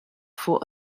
for